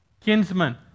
kinsman